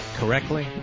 correctly